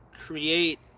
create